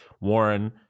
Warren